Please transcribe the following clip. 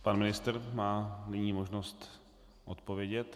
Pan ministr má nyní možnost odpovědět.